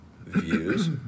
views